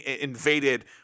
invaded